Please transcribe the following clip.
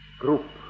group